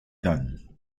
done